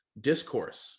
discourse